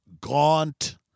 gaunt